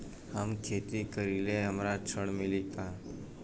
हम खेती करीले हमरा ऋण मिली का?